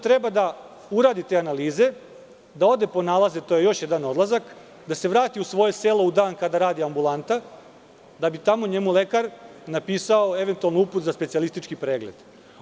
Treba da uradi te analize, da ode po nalaze, to je još jedan odlazak, da se vrati u svoje selo u dan kada radi ambulanta da bi mu lekar napisao eventualno uput za specijalistički pregled.